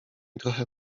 trochę